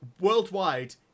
Worldwide